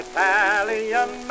Italian